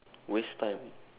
waste time